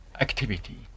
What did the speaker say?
activity